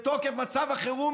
בתוקף מצב החירום.